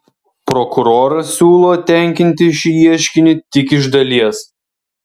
prokuroras siūlo tenkinti šį ieškinį tik iš dalies